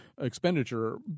expenditure